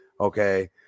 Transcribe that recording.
okay